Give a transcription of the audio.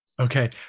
Okay